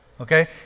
okay